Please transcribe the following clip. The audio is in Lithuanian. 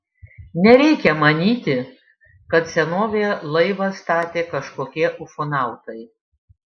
nereikia manyti kad senovėje laivą statė kažkokie ufonautai